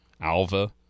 Alva